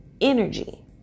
energy